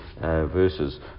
verses